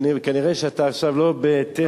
וכנראה אתה עכשיו לא בתזה של עיון.